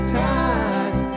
time